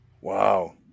Wow